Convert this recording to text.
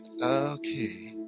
okay